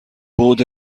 بُعد